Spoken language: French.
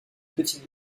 petite